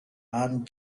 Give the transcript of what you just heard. aunt